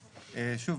שוב,